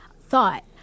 thought